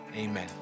Amen